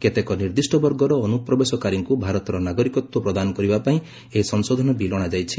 କେତେକ ନିର୍ଦ୍ଦିଷ୍ଟ ବର୍ଗର ଅନୁପ୍ରବେଶକାରୀଙ୍କୁ ଭାରତର ନାଗରିକତ୍ୱ ପ୍ରଦାନ କରିବା ପାଇଁ ଏହି ସଂଶୋଧନ ବିଲ୍ ଅଣାଯାଇଛି